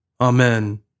Amen